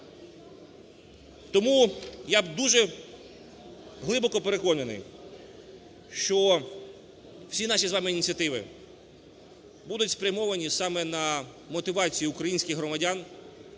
Тому я дуже глибоко переконаний, що всі наші з вами ініціативи будуть спрямовані саме на мотивацію українських громадян: